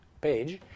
page